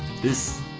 this